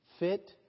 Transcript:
fit